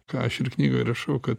ką aš ir knygoj rašau kad